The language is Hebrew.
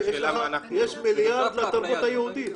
יש מיליארד לתרבות היהודית.